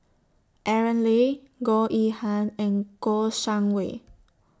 Aaron Lee Goh Yihan and Kouo Shang Wei